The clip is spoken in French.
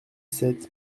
sept